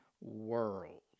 world